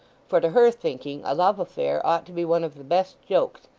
for to her thinking a love affair ought to be one of the best jokes,